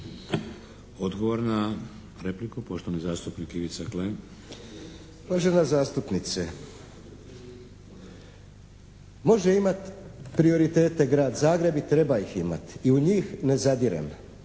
Odgovor na repliku, poštovani zastupnik Ivica Klem. **Klem, Ivica (HDZ)** Uvažena zastupnice! Može imat prioritete Grad Zagreb i treba ih imati i u njih ne zadirem.